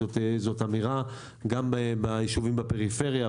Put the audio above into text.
זאת אמירה גם ביישובים בפריפריה,